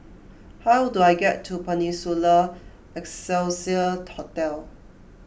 how do I get to Peninsula Excelsior Hotel